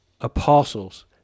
apostles